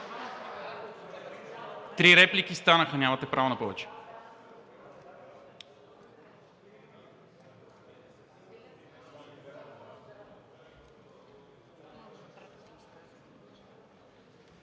Три реплики станаха. Нямате право да повече.